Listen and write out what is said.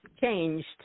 changed